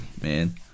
man